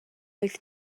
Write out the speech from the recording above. wyth